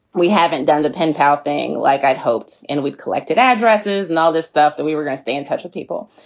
we haven't done the pen pal thing like i'd hoped and we'd collected addresses and all this stuff that we were gonna stay in touch with people.